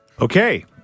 Okay